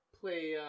play